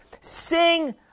sing